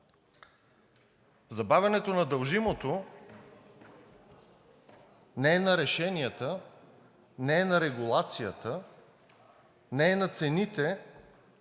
Забавянето на дължимото не е на решенията, не е на регулацията, не е на цените,